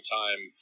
time